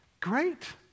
great